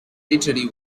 literary